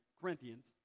Corinthians